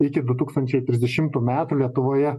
iki du tūkstančiai trisdešimtų metų lietuvoje